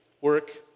Work